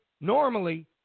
normally